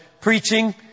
Preaching